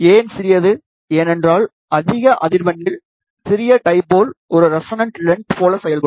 ஏன் சிறியது ஏனென்றால் அதிக அதிர்வெண்ணில் சிறிய டைபோல் ஒரு ரெசனண்ட் லென்த் போல செயல்படும்